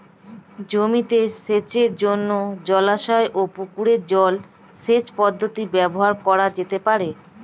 জমিতে সেচের জন্য জলাশয় ও পুকুরের জল সেচ পদ্ধতি ব্যবহার করা যেতে পারে?